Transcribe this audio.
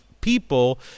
people